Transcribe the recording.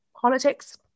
politics